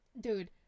dude